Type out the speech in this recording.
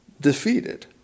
defeated